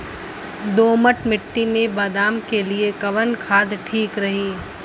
दोमट मिट्टी मे बादाम के लिए कवन खाद ठीक रही?